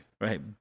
Right